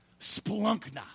Splunkna